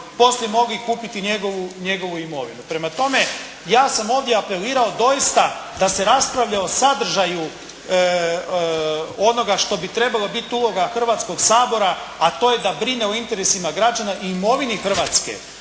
poslije mogli kupiti njegovu imovinu. Prema tome ja sam ovdje apelirao doista da se raspravlja o sadržaju onoga što bi trebala biti uloga Hrvatskoga sabora, a to je da brine o interesima građana i imovine Hrvatske,